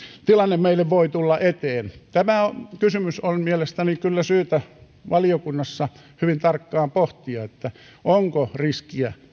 tilanne meille voi tulla eteen tämä kysymys on mielestäni kyllä syytä valiokunnassa hyvin tarkkaan pohtia onko riskiä